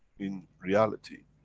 in reality,